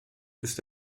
ist